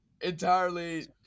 entirely